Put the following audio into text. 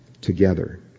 together